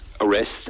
arrest